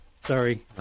Sorry